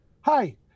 hi